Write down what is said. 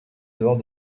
dehors